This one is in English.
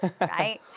right